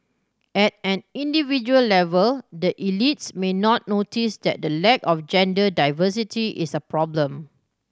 at an individual level the elites may not notice that the lack of gender diversity is a problem